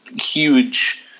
huge